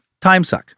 timesuck